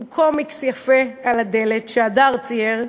עם קומיקס יפה על הדלת שהדר צייר,